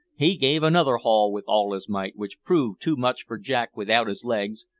he gave another haul with all his might, which proved too much for jack without his legs,